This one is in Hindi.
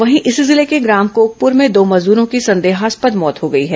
वहीं इसी जिले के ग्राम कोकपुर में दो मजदूरों की संदेहास्पद मौत हो गई है